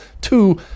two